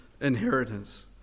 inheritance